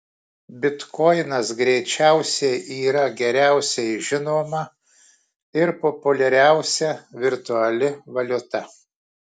bitkoinas greičiausiai yra geriausiai žinoma ir populiariausia virtuali valiuta